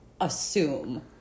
assume